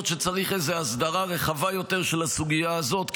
שצריך איזו הסדרה רחבה יותר של הסוגיה הזאת,